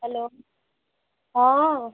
hello हॅं